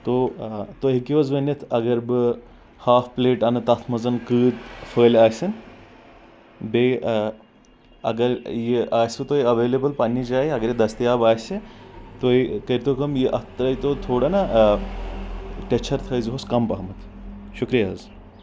تو تُہۍ ہٮ۪کِو حظ ؤنِتھ اگر بہٕ ہاف پلیٹ انہٕ تتھ منٛز کۭتیا پھٔلۍ آسَن بیٚیہِ اگر یہِ آسہِ وُ تۄہہِ اٮ۪ویلیبل پننہِ جایہِ اگر یہِ دستیاب آسہِ تُہۍ کٔرۍتو کٲم یہِ اتھ ترٛٲے تو تھوڑا نا ٹٮ۪چھر تھٲے زِہوٚس کم پہمت شُکریہ حظ